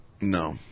No